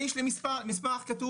אני יש לי מסמך כתוב,